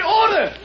order